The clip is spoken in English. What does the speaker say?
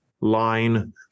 line